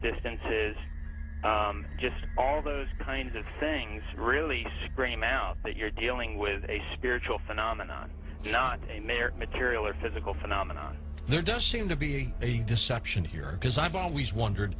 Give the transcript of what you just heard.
distances just all those kinds of things really scream out that you're dealing with a spiritual phenomenon not a marriage material or physical phenomenon there does seem to be a deception here because i've always wondered